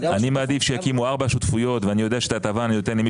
אני מעדיף שיקימו ארבע שותפויות ואני יודע שאת ההטבה למי